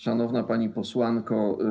Szanowna Pani Posłanko!